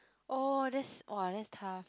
oh that's !wah! that's tough